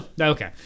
Okay